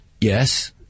Yes